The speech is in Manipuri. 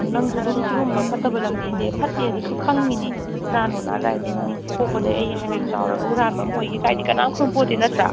ꯅꯪꯁꯨ ꯑꯗꯨꯝ ꯁꯤꯒꯨꯝꯕ ꯐꯠꯇꯕ ꯂꯝꯕꯤꯁꯦ ꯐꯠꯇꯦꯁꯦ ꯑꯗꯨꯝ ꯈꯪꯂꯤꯅꯤ ꯍꯨꯔꯥꯟ ꯂꯣꯟꯅꯥꯒꯁꯦ ꯅꯪ ꯄꯣꯛꯄꯗꯒꯤ ꯑꯩꯁꯦ ꯍꯌꯦꯡ ꯆꯥꯎꯔꯒ ꯍꯨꯔꯥꯟꯕ ꯑꯃ ꯑꯣꯏꯒꯦ ꯀꯥꯏꯗꯤ ꯀꯅꯥꯝ ꯈꯟꯄꯣꯠꯇꯦ ꯅꯠꯇ꯭ꯔꯥ